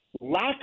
lack